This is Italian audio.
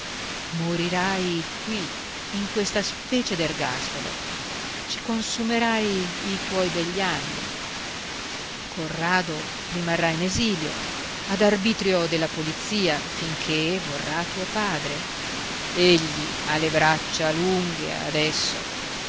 morirai qui in questa specie d'ergastolo ci consumerai i tuoi begli anni corrado rimarrà in esilio ad arbitrio della polizia finché vorrà tuo padre egli ha le braccia lunghe adesso